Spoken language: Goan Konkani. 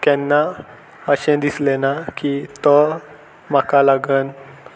केन्ना अशें दिसलें ना की तो म्हाका लागून